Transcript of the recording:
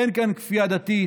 אין כאן כפייה דתית.